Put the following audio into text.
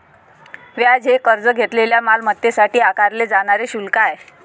व्याज हे कर्ज घेतलेल्या मालमत्तेसाठी आकारले जाणारे शुल्क आहे